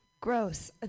Gross